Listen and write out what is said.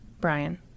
Brian